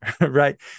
right